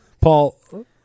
Paul